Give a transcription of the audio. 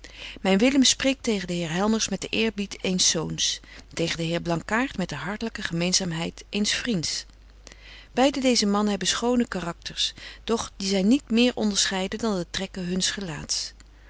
myn willem spreekt tegen den heer helmers met den eerbied eens zoons tegen den heer blankaart met de hartlyke gemeenzaamheid eens vriends beide deeze mannen hebben schone karakters doch die zyn niet meer onderscheiden dan de trekken huns gelaats